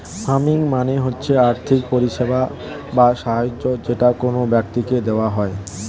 funding মানে হচ্ছে আর্থিক পরিষেবা বা সাহায্য যেটা কোন ব্যক্তিকে দেওয়া হয়